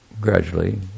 gradually